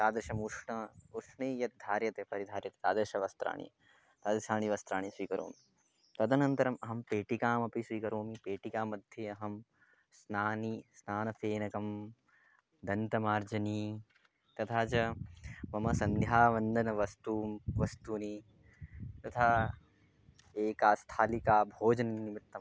तादृशम् उष्णम् उष्णं यद् धार्यते परिधार्यते तादृशवस्त्राणि तादृशानि वस्त्राणि स्वीकरोमि तदनन्तरम् अहं पेटिकामपि स्वीकरोमि पेटिकामध्ये अहं स्नानं स्नानफेनकं दन्तमार्जनी तथा च मम सन्ध्यावन्दनवस्तु वस्तूनि तथा एका स्थालिका भोजननिमित्तम्